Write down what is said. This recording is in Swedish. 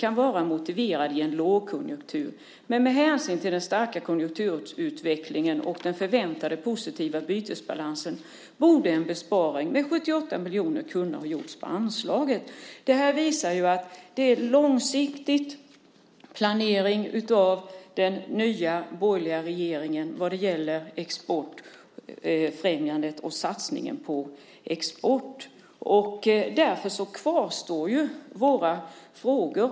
kan vara motiverade i en lågkonjunktur, men med hänsyn till den starka konjunkturutvecklingen och den förväntat positiva bytesbalansen borde en besparing, med 78 miljoner kronor, ha gjorts på anslaget." Det här visar att det är långsiktig planering av den nya borgerliga regeringen vad gäller exportfrämjandet och satsningen på export. Därför kvarstår våra frågor.